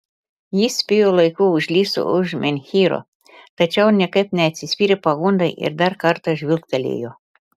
jis spėjo laiku užlįsti už menhyro tačiau niekaip neatsispyrė pagundai ir dar kartą žvilgtelėjo